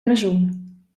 raschun